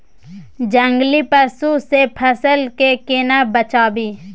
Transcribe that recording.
जंगली पसु से फसल के केना बचावी?